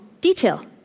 detail